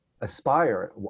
aspire